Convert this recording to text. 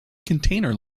container